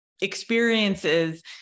experiences